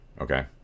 okay